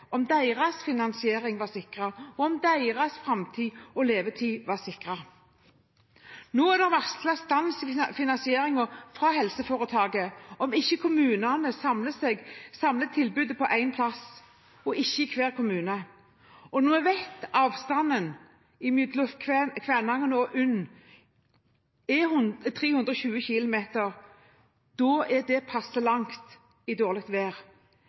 hvorvidt deres finansiering var sikret – om deres framtid og levetid var sikret. Nå er det varslet stans i finansieringen fra helseforetaket om ikke kommunene samler tilbudet på ett sted, og ikke i hver kommune. Når vi vet at avstanden mellom Kvænangen og UNN er 320 kilometer, vet vi at det er passe langt i dårlig vær,